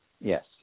Yes